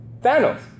Thanos